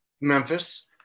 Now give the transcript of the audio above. Memphis